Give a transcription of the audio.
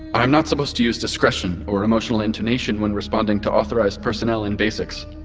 i'm not supposed to use discretion or emotional intonation when responding to authorized personnel in basics,